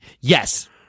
yes